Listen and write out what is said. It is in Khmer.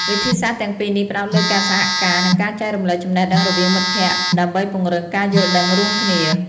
វិធីសាស្ត្រទាំងពីរនេះផ្តោតលើការសហការ និងការចែករំលែកចំណេះដឹងរវាងមិត្តភក្តិ ដើម្បីពង្រឹងការយល់ដឹងរួម។